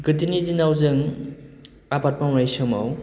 गोदोनि दिनाव जों आबाद मावनाय समाव